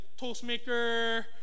Toastmaker